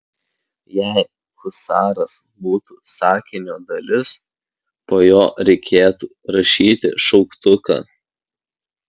jei husaras būtų sakinio dalis po jo reikėtų rašyti šauktuką